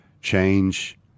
change